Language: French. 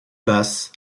basse